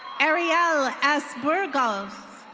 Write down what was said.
ariel asbergals.